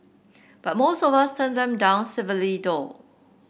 but most of us turn them down civilly though